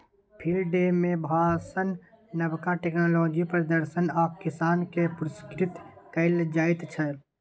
field day मे भाषण, नबका टेक्नोलॉजीक प्रदर्शन आ किसान केँ पुरस्कृत कएल जाइत छै